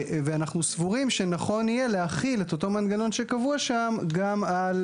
ואנחנו סבורים שנכון יהיה להחיל את אותו מנגנון שקבוע שם גם על